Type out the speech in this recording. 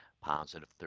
positive